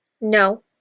No